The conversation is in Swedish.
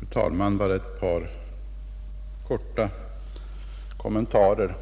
Fru talman! Bara ett par korta kommentarer.